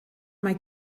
mae